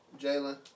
Jalen